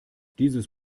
dieses